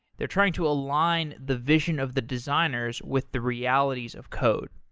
they're trying to align the vision of the designers with the realities of code.